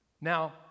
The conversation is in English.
Now